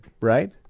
right